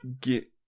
get